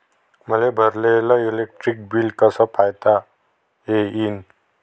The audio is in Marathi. मले भरलेल इलेक्ट्रिक बिल कस पायता येईन?